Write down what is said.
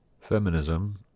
Feminism